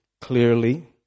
clearly